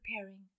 preparing